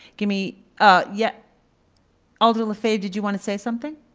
give me yet alder lefebvre, did you wanna say something?